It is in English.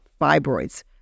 fibroids